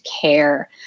care